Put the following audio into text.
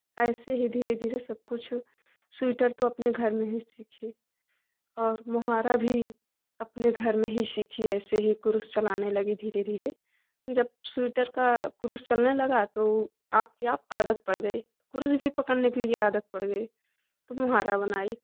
ऐसे ही धीरे धीरे सब कुछ स्विटर तो अपने घर में ही सीखी और मोहारा भी अपने घर में ही सीखी है ऐसे ही कुरुस चलाने लगी धीरे धीरे जब स्विटर का क्रूस चलाने लगा तो अपने आप आदत पड़ गई क्रूस भी पकड़ने के लिए आदत पड़ गई तो मुहारा बनाई